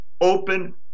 open